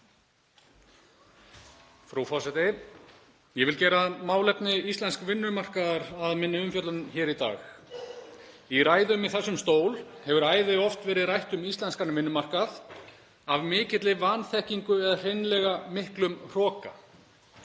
Frú forseti. Ég vil gera málefni íslensks vinnumarkaðar að minni umfjöllun hér í dag. Í ræðum í þessum stól hefur æðioft verið rætt um íslenskan vinnumarkað af mikilli vanþekkingu eða hreinlega miklum hroka.